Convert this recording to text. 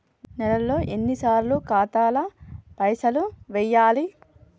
నెలలో ఎన్నిసార్లు ఖాతాల పైసలు వెయ్యాలి?